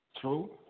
True